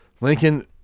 Lincoln